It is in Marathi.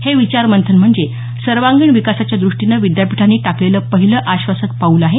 हे विचार मंथन म्हणजे सर्वांगीण विकासाच्या द्रष्टीनं विद्यापीठांनी टाकलेलं पहिलं आश्वासक पाऊल आहे